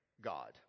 God